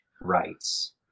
rights